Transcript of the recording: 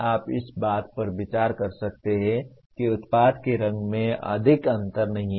आप इस बात पर विचार कर सकते हैं कि उत्पाद के रंग में अधिक अंतर नहीं है